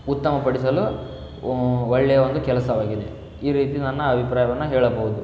ಉತ್ತಮಪಡಿಸಲು ಒಳ್ಳೆಯ ಒಂದು ಕೆಲಸವಾಗಿದೆ ಈ ರೀತಿ ನನ್ನ ಅಭಿಪ್ರಾಯವನ್ನ ಹೇಳಬಹುದು